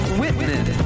witness